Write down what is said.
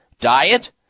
diet